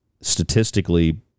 statistically